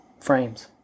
frames